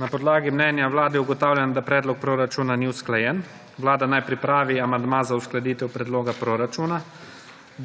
Na podlagi mnenja vlade ugotavljam, da predlog proračuna ni usklajen. Vlada naj pripravi amandma za uskladitev predloga proračuna.